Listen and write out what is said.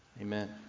Amen